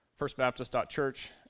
firstbaptist.church